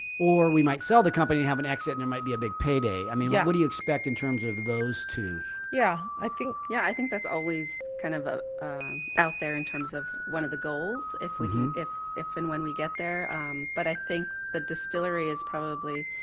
or we might sell the company have an exit, and it might be a big payday. i mean, yeah what do you expect in terms of those two? yeah, i think yeah, i think that's always kind of of out there in terms of one of the goals if we can if if and when we get there but i think the distillery is probably,